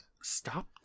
stop